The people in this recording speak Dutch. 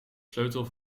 sleutel